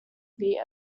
feet